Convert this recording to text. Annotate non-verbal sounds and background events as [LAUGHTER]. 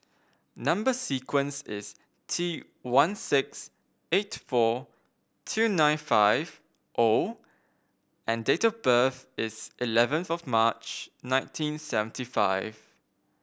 number sequence is T one six eight four two nine five O and date of birth is eleven [UNINTELLIGIBLE] March nineteen seventy five